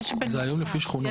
זה היום לפי שכונות.